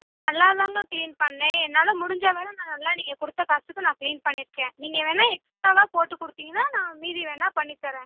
நான் நல்லாதாங்க கிளீன் பண்ணிணேன் என்னால் முடிஞ்ச வரை நான் நல்லா நீங்கள் கொடுத்த காசுக்கு நான் கிளீன் பண்ணியிருக்கேன் நீங்கள் வேணா எக்ஸ்ட்டாவா போட்டு கொடுத்தீங்கனா நான் மீதி வேணா பண்ணித் தரேன்